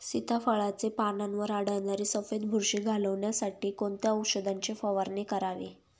सीताफळाचे पानांवर आढळणारी सफेद बुरशी घालवण्यासाठी कोणत्या औषधांची फवारणी करावी?